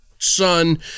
son